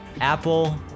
apple